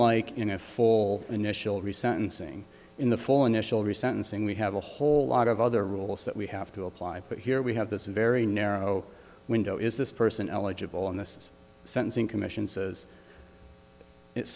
like in a full initial resentencing in the full initial resentencing we have a whole lot of other rules that we have to apply but here we have this very narrow window is this person eligible and this sentencing commission says it